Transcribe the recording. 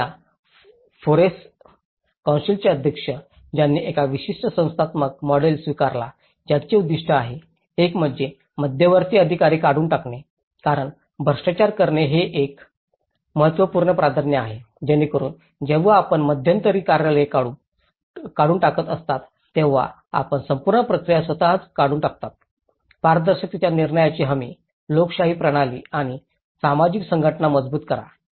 आणि या फोरक कौन्सिलचे अध्यक्ष त्यांनी एक विशिष्ट संस्थात्मक मॉडेल स्वीकारला ज्याची उद्दीष्टे आहेत एक म्हणजे मध्यवर्ती अधिकारी काढून टाकणे कारण भ्रष्टाचार करणे हे एक महत्त्वपूर्ण प्राधान्य आहे जेणेकरून जेव्हा आपण मध्यंतरी कार्यालये काढून टाकत असता तेव्हा आपण संपूर्ण प्रक्रिया स्वतःच काढून टाकता पारदर्शकतेच्या निर्णयाची हमी लोकशाही प्रणाली आणि सामाजिक संघटना मजबूत करा